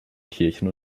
kirchen